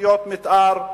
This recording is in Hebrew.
בתוכניות מיתאר,